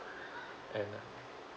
and